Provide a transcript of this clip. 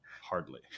Hardly